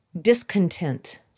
discontent